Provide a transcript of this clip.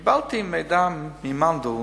קיבלתי מידע ממאן-דהוא,